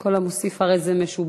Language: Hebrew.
כל המוסיף הרי זה משובח.